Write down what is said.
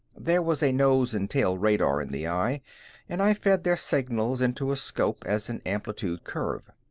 there was a nose and tail radar in the eye and i fed their signals into a scope as an amplitude curve.